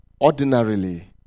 ordinarily